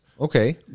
Okay